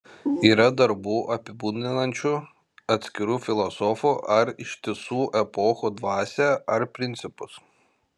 yra darbų apibūdinančių atskirų filosofų ar ištisų epochų dvasią ar principus